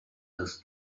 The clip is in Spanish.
los